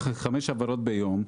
חמש העברות ביום,